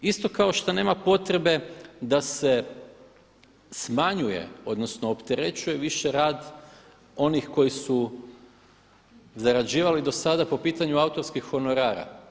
Isto kao što nema potrebe da se smanjuje, odnosno opterećuje više rad onih koji su zarađivali do sada po pitanju autorskih honorara.